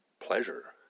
pleasure